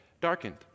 darkened